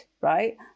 right